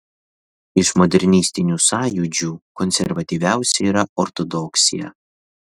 iš modernistinių sąjūdžių konservatyviausia yra ortodoksija